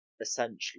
essentially